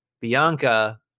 Bianca